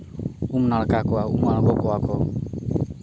ᱩᱢ ᱱᱟᱲᱠᱟ ᱠᱚᱣᱟ ᱩᱢ ᱟᱬᱜᱚ ᱠᱚᱣᱟ ᱠᱚ